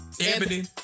Ebony